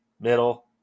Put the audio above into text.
middle